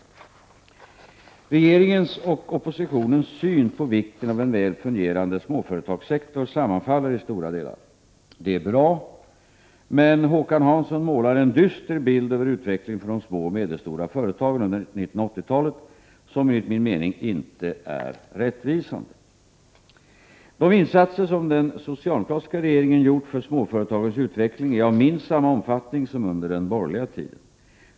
Regeringens och oppositionens syn på vikten av en väl fungerande småföretagssektor sammanfaller i stora delar. Det är bra, men Håkan Hansson målar en dyster bild över utvecklingen för de små och medelstora företagen under 1980-talet, som enligt min mening inte är rättvisande. De insatser som den socialdemokratiska regeringen gjort för småföretagens utveckling är av minst samma omfattning som under den borgerliga tiden.